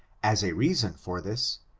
as a reason for this,